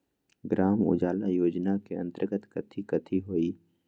ग्राम उजाला योजना के अंतर्गत कथी कथी होई?